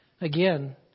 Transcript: Again